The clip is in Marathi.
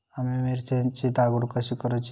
आम्ही मिरचेंची लागवड कधी करूची?